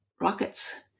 rockets